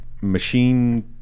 machine